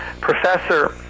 professor